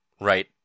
right